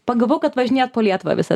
pagavau kad važinėjat po lietuvą visą